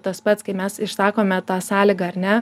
tas pats kai mes išsakome tą sąlygą ar ne